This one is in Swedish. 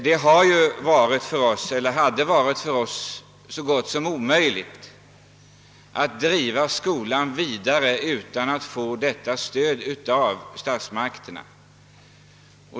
Det hade varit så gott som omöjligt att driva skolan vidare utan att få detta stöd av statsmakterna.